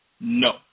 No